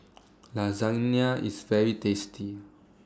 Lasagna IS very tasty